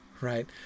right